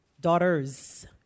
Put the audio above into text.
daughters